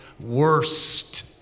worst